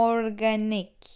Organic